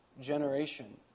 generation